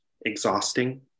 exhausting